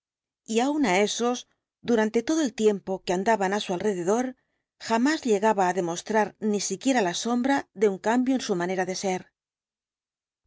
y aún á esos durante todo el tiempo que andaban á su alrededor jamás llegaba á demostrar ni siquiera la sombra de un cambio en su manera de ser